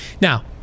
Now